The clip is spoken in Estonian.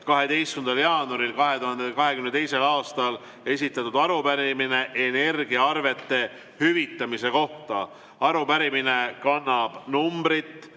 12. jaanuaril 2022. aastal esitatud arupärimine energiaarvete hüvitamise kohta. Arupärimine kannab numbrit